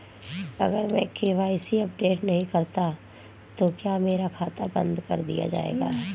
अगर मैं KYC update नहीं करता तो क्या मेरा खाता बंद कर दिया जाएगा?